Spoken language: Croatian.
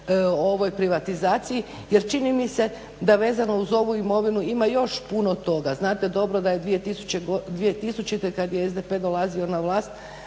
o ovoj privatizaciji jer čini mi se da vezano uz ovu imovinu ima još puno toga. Znate dobro da je 2000. kad je SDP dolazio na vlast